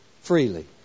freely